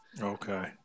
okay